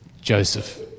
Joseph